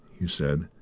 he said,